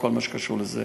וכל מה שקשור לזה.